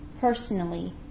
personally